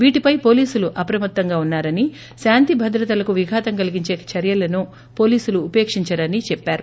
వీటిపై వోలీసులు అప్రమత్తంగా ఉన్పారని శాంతి భద్రతలకు విఘాతం కలిగించే చర్యలను పోలీసులు ఉపేకించరని చెప్పారు